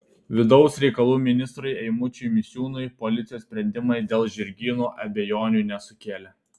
vidaus reikalų ministrui eimučiui misiūnui policijos sprendimai dėl žirgyno abejonių nesukėlė